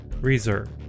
Reserve